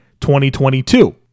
2022